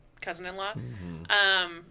cousin-in-law